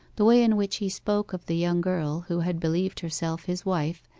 the way in which he spoke of the young girl who had believed herself his wife,